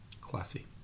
Classy